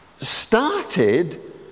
started